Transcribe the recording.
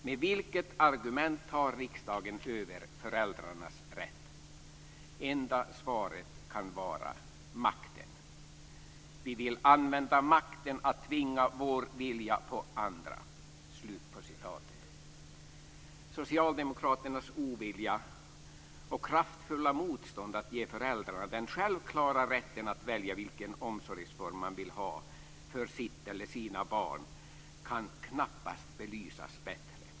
Med vilket argument tar riksdagen över föräldrarnas rätt? Enda svaret kan vara: makten - vi vill använda makten att tvinga vår vilja på andra." Socialdemokraternas ovilja och kraftfulla motstånd mot att ge föräldrarna den självklara rätten att välja vilken barnomsorgsform som man vill ha för sitt/sina barn kan knappast belysas bättre.